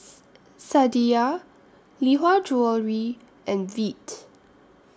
Sadia Lee Hwa Jewellery and Veet